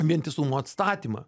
vientisumo atstatymą